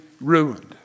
ruined